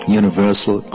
universal